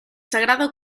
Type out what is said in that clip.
sagrado